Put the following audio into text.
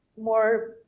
more